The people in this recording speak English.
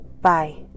bye